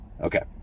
Okay